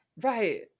right